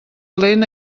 lent